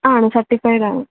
ആണ് സെർട്ടിഫൈഡ് ആണ്